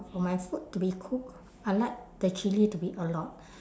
for my food to be cooked I like the chilli to be a lot